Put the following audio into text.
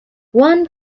one